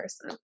person